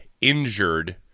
injured